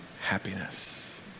happiness